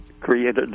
created